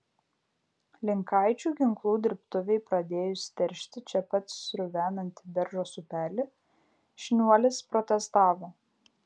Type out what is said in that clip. linkaičių ginklų dirbtuvei pradėjus teršti čia pat sruvenantį beržos upelį šniuolis protestavo